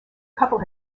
couple